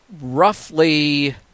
roughly